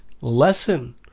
lesson